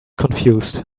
confused